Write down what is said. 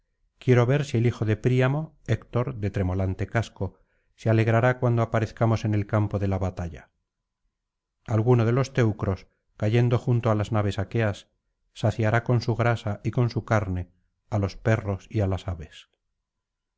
quiero ver si el hijo de príamo héctor de tremolante casco se alegrará cuando aparezcamos en el campo de la batalla alguno de los teucros cayendo junto á las naves aqueas saciará con su grasa y con su carne á los perros y á las aves